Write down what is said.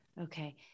Okay